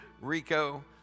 Rico